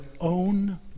own